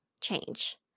change